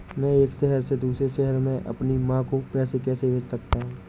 मैं एक शहर से दूसरे शहर में अपनी माँ को पैसे कैसे भेज सकता हूँ?